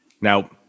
Now